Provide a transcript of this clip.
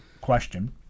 question